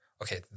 Okay